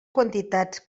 quantitats